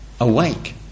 Awake